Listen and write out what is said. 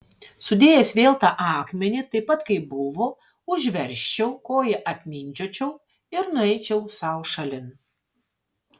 sudėjęs vėl tą akmenį taip pat kaip buvo užversčiau koja apmindžiočiau ir nueičiau sau šalin